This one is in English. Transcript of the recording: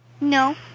No